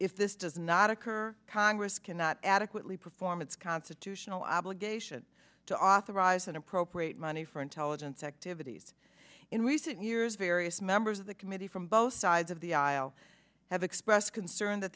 if this does not occur congress cannot adequately perform its constitutional obligation to authorize an appropriate money for intelligence activities in recent years various members of the committee from both sides of the aisle have expressed concern that